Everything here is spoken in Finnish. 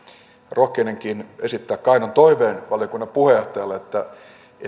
rohkenenkin esittää kainon toiveen valiokunnan puheenjohtajalle että